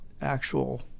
actual